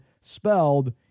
spelled